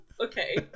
Okay